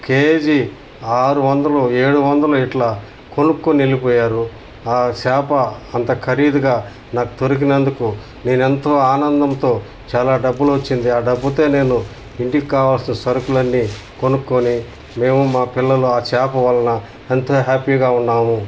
కే G ఆరు వందలు ఏడు వందలు ఇట్లా కొనుక్కొని వెళ్ళిపోయారు ఆ చేప అంత ఖరీదుగా నాకు దొరికినందుకు నేనెంతో ఆనందంతో చాలా డబ్బులొచ్చింది ఆ డబ్బుతో నేను ఇంటికి కావాల్సిన సరుకులన్నీ కొనుక్కోని మేము మా పిల్లలు ఆ చేప వలన ఎంతో హ్యాపీగా ఉన్నాము